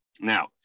now